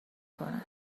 کند